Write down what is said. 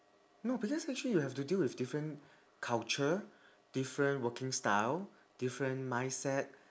no because actually you have deal with different culture different working style different mindset